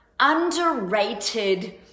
underrated